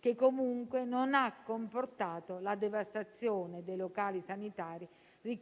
che comunque non ha comportato la devastazione dei locali sanitari,